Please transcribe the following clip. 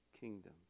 kingdom